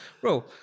Bro